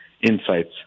insights